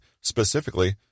specifically